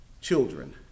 children